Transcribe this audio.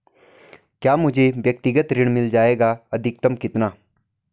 क्या मुझे व्यक्तिगत ऋण मिल जायेगा अधिकतम कितना?